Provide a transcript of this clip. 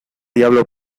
diablo